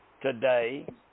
today